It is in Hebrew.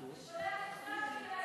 לא רק שהוא מתקפל, הוא פחדן.